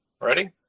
ready